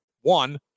one